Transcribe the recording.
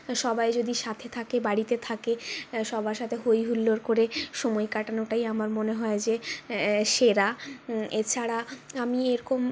সবাই যদি সাথে থাকে বাড়িতে থাকে সবার সাথে হই হুল্লোড় করে সময় কাটানোটাই আমার মনে হয় যে সেরা এছাড়া আমি এরকম